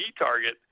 target